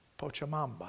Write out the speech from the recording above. Pochamamba